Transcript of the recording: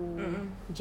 mm mm